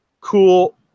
cool